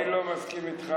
אני לא מסכים איתך.